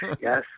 Yes